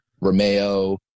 Romeo